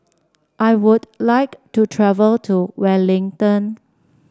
I would like to travel to Wellington